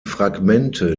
fragmente